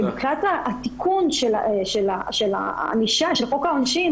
מבחינת תיקון חוק העונשין